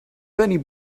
bunny